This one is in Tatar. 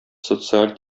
социаль